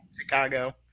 Chicago